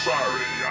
Sorry